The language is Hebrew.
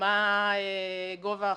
מה גובה החוב,